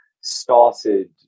started